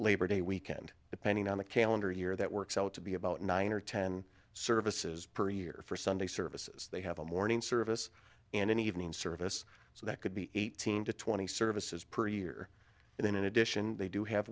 labor day weekend depending on the calendar year that works out to be about nine or ten services per year for sunday services they have a morning service and an evening service so that could be eighteen to twenty services per year and then in addition they do have